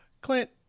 Clint